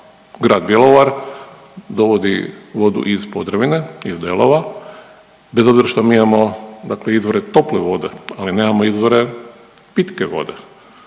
Grad Bjelovar dovodi vodu iz Podravine, iz Delova, bez obzira što mi imamo dakle izvore tople vode, ali nemamo izvore pitke vode